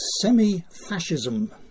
semi-fascism